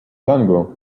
tango